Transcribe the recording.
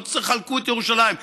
לא יחלקו את ירושלים.